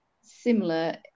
similar